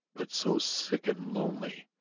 but so sick and lonely,